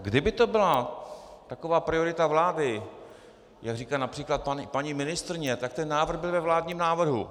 Kdyby to byla taková priorita vlády, jak říká například paní ministryně, tak ten návrh byl ve vládním návrhu.